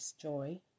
joy